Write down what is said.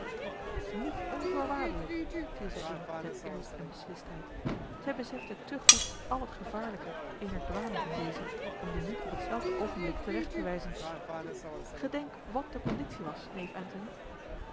niet onvoorwaardelijk viel zij in met ernst en beslistheid zij besefte te goed al het gevaarlijke eener dwaling in dezen om die niet op hetzelfde oogenblik terecht te wijzen gedenk wàt de conditie was neef antony